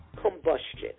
combustion